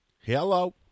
hello